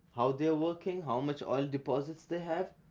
how they are working. how much oil deposits they have.